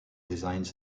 designs